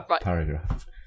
paragraph